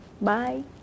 Bye